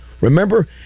Remember